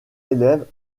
élève